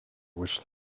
which